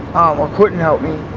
or couldn't help me,